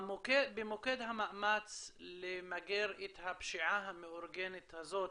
במוקד המאמץ למגר את הפשיעה המאורגנת הזאת